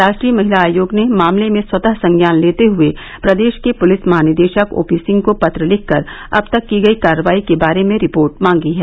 राष्ट्रीय महिला आयोग ने मामले में स्वतः संज्ञान लेते हुये प्रदेश के पुलिस महानिदेशक ओपी सिंह को पत्र लिखकर अब तक की गयी कार्रवाई के बारे में रिपोर्ट मांगी है